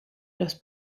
los